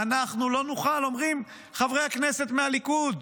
אנחנו לא נוכל, אומרים חברי הכנסת מהליכוד,